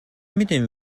میدین